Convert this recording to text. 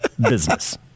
business